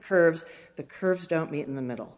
curves the curves don't meet in the middle